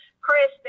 Chris